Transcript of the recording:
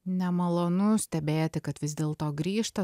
nemalonu stebėti kad vis dėl to grįžta